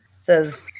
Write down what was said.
says